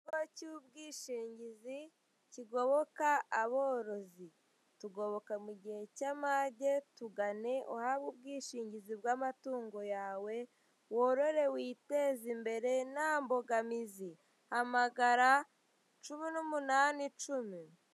Ikigo cy'ubwishingizi kigiboka aborozi tugoboka mu gihe cy'amajye, tugane uhabwa ubwishingizi bw'amatungo yawe, worore, witeze imbere nta mbogamizi. Hmagara cumi n'umunani icumi.